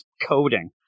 coding